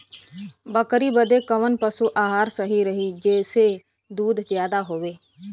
बकरी बदे कवन पशु आहार सही रही जेसे दूध ज्यादा होवे?